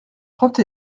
trente